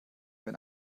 wenn